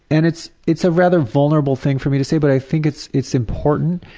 and it's it's a rather vulnerable thing for me to say, but i think it's it's important.